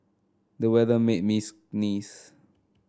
the weather made me sneeze